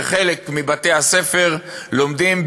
בחלק מבתי-הספר לומדים,